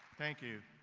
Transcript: thank you.